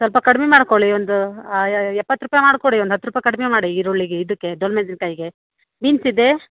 ಸ್ವಲ್ಪ ಕಡಿಮೆ ಮಾಡಿಕೊಳ್ಳಿ ಒಂದು ಎಪ್ಪತ್ತು ರೂಪಾಯಿ ಮಾಡಿಕೊಡಿ ಒಂದು ಹತ್ತು ರೂಪಾಯಿ ಕಡಿಮೆ ಮಾಡಿ ಈರುಳ್ಳಿಗೆ ಇದಕ್ಕೆ ದೊಣ್ಣೆಮೆಣ್ಸಿನ್ಕಾಯಿಗೆ ಬೀನ್ಸ್ ಇದೆ